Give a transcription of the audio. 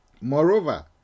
Moreover